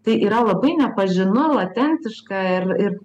tai yra labai nepažinu latentiška ir ir